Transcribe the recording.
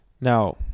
Now